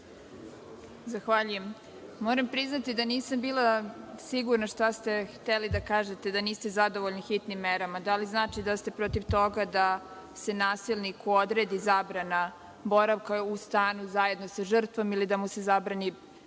Hvala. Moram priznati da nisam bila sigurna šta ste hteli da kažete, da niste zadovoljni hitnim merama. Da li znači da ste protiv toga da se nasilniku odredi zabrana boravka u stanu zajedno za žrtvom ili da mu se zabrani